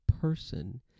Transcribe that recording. person